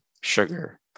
sugar